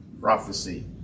prophecy